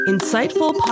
Insightful